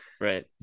Right